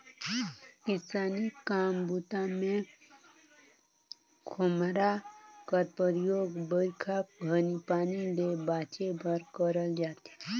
किसानी काम बूता मे खोम्हरा कर परियोग बरिखा घनी पानी ले बाचे बर करल जाथे